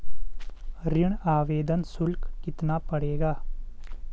ऋण आवेदन शुल्क कितना पड़ेगा?